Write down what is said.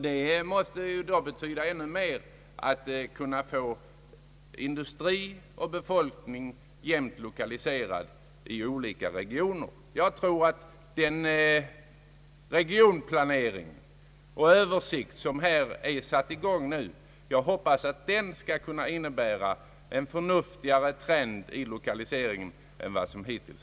Det måste vara ännu mer väsentligt att få industri och befolkning jämnt lokaliserade i olika regioner. Jag tror att den regionplanering och dito översikt som nu satts i gång skall kunna medföra en förnuftigare trend i lokaliseringen än hittills.